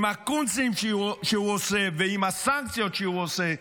עם הקונצים שהוא עושה ועם הסנקציות שהוא עושה,